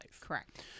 Correct